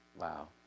Wow